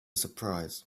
surprise